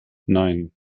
nein